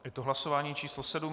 Je to hlasování číslo 7.